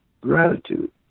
Gratitude